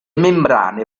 membrane